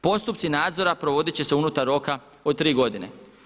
Postupci nadzora provodit će se unutar roka od tri godine.